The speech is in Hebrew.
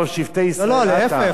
ראש שבטי ישראל אתה.